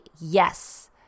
yes